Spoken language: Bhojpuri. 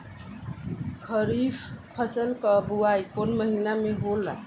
खरीफ फसल क बुवाई कौन महीना में होला?